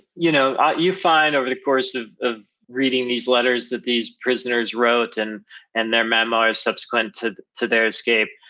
you know ah you find over the course of of reading these letters that these prisoners wrote, and and their memoirs subsequent to to their escape,